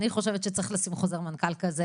אני חושבת שצריך לשים חוזר מנכ"ל כזה